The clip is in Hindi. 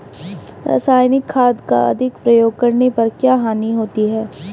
रासायनिक खाद का अधिक प्रयोग करने पर क्या हानि होती है?